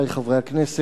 הרווחה והבריאות.